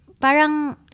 parang